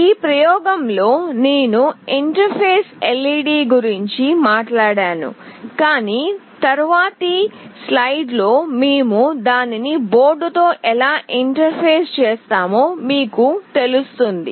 ఈ ప్రయోగంలో నేను ఇంటర్ఫేస్ LED గురించి మాట్లాడను కాని తరువాతి స్లైడ్లలో మేము దానిని బోర్డుతో ఎలా ఇంటర్ఫేస్ చేస్తామో మీకు తెలుస్తుంది